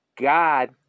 God